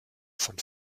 von